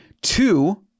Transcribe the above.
two